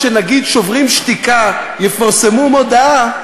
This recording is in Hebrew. כשנגיד "שוברים שתיקה" יפרסמו מודעה,